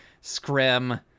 scrim